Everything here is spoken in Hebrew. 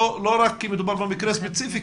לא רק כי מדובר במקרה הספציפי,